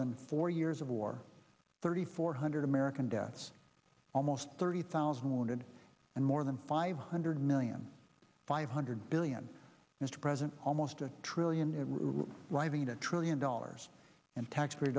than four years of war thirty four hundred american deaths almost thirty thousand wounded and more than five hundred million five hundred billion mr president almost a trillion in leaving a trillion dollars in tax